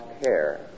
care